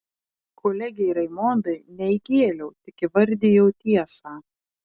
kolegei raimondai ne įgėliau tik įvardijau tiesą